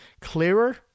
clearer